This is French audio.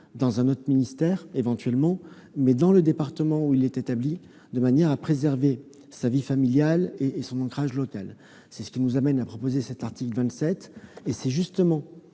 dans un autre ministère éventuellement, mais dans le département où il est établi, de manière à préserver sa vie familiale et son ancrage local. Telles sont les raisons qui nous ont conduits à proposer cet article 27. C'est précisément